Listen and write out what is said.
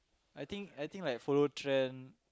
I think I think like follow trend